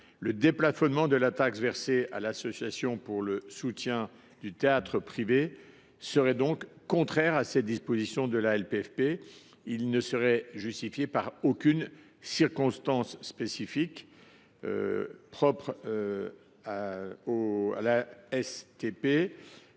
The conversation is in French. Le déplafonnement de la taxe versée à l’Association pour le soutien du théâtre privé serait donc contraire à cette disposition de la LPFP. Et elle ne serait justifiée par aucune circonstance spécifique. J’émets donc